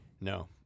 No